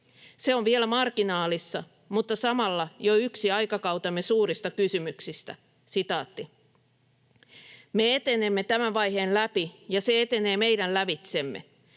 Se on vielä marginaalissa mutta samalla jo yksi aikakautemme suurista kysymyksistä: ”Me etenemme tämän vaiheen läpi, ja se etenee meidän lävitsemme.